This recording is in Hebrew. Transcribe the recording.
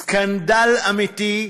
סקנדל אמיתי.